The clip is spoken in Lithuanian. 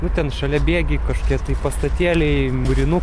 būtent šalia bėgiai kažkokie tai pastatėliai mūrinukai